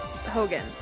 Hogan